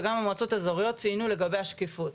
וגם המועצות האיזוריות ציינו לגבי השקיפות.